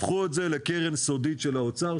הפכו את זה לקרן סודית של האוצר,